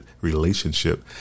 relationship